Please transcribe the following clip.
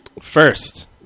First